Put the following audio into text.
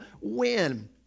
win